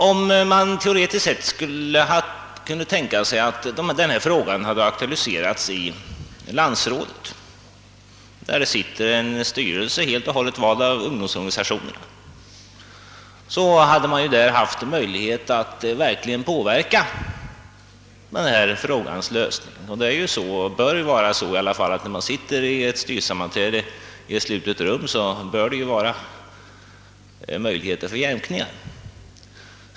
Om man teoretiskt sett skulle kunna tänka sig att denna fråga aktualiserats i Sveriges ungdomsorganisationers landsråd, där det sitter en styrelse helt och hållet vald av ungdomsorganisationerna själva, hade man där kunnat på ett helt annat sätt påverka frågans lösning; vid ett styrelsesammanträde i ett slutet rum, bör det alltid finnas möjligheter till jämkningar.